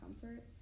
comfort